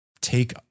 take